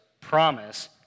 promise